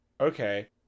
Okay